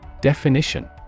Definition